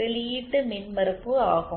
வெளியீட்டு மின்மறுப்பு ஆகும்